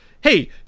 Hey